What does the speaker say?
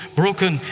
broken